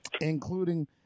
including